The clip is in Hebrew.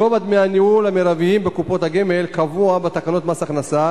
גובה דמי הניהול המרביים בקופות הגמל קבוע בתקנות מס הכנסה